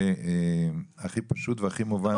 הדבר הכי פשוט והכי מובן.